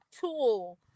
tool